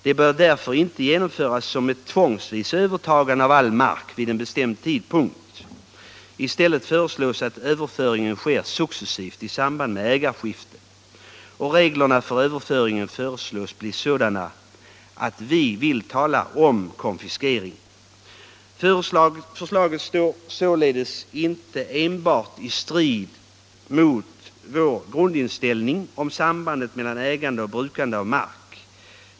Det bör därför inte genomföras som ett tvångsvis övertagande av all mark vid en bestämd tidpunkt.” I stället föreslås att överföringen sker successivt i samband med ägarskifte. Reglerna för överföringen föreslås bli sådana att vi vill tala om konfiskering. Förslaget står således inte enbart i strid med vår grundinställning om sambandet mellan ägande och brukande av mark.